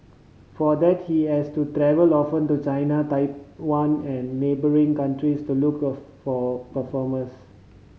for that he has to travel often to China Taiwan and neighbouring countries to look for performers